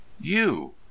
You